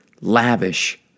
lavish